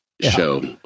show